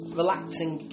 relaxing